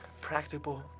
Practical